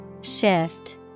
Shift